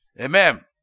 Amen